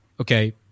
okay